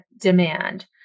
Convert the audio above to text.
demand